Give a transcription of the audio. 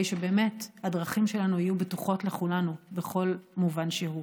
שבאמת הדרכים שלנו יהיו בטוחות לכולנו בכל מובן שהוא.